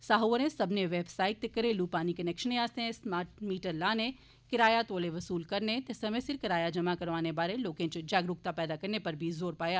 साह् होरें सब्बनें व्यवसायिक ते घरेलू पानी कनैक्शनें आस्तै स्मार्ट मीटर लाने किराया तौले वसूल करने ते समें सिर किराया जमा कराने बारै लोकें च जागरुकता पैदा करने पर जोर पाया